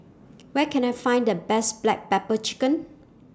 Where Can I Find The Best Black Pepper Chicken